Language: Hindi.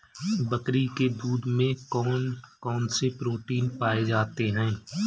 बकरी के दूध में कौन कौनसे प्रोटीन पाए जाते हैं?